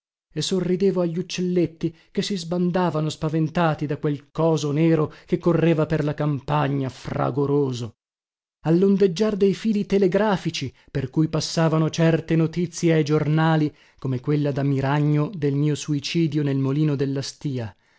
e sorridevo agli uccelletti che si sbandavano spaventati da quel coso nero che correva per la campagna fragoroso allondeggiar dei fili telegrafici per cui passavano certe notizie ai giornali come quella da miragno del mio suicidio nel molino della stìa